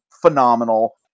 phenomenal